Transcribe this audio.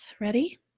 Ready